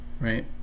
right